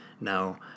now